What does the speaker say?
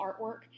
artwork